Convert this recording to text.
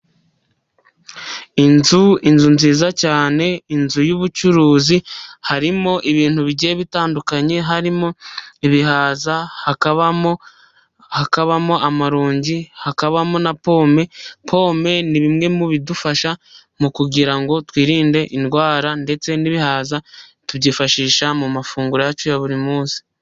Inzu inzu nziza cyane inzu y'ubucuruzi harimo ibintu bigiye bitandukanye, harimo ibihaza, hakabamo hakabamo amaronji ,hakabamo na pome. Pome ni bimwe mu bidufasha mu kugira ngo twirinde indwara, ndetse n'ibihaza tubyifashisha mu mafunguro yacu ya buri munsi.